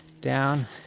down